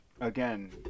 Again